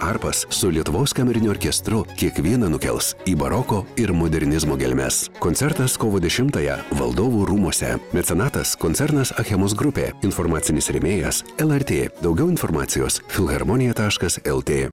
arpas su lietuvos kameriniu orkestru kiekvieną nukels į baroko ir modernizmo gelmes koncertas kovo dešimtąją valdovų rūmuose mecenatas koncernas achemos grupė informacinis rėmėjas lrt daugiau informacijos filharmonija taškas lt